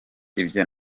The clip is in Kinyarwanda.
ibyo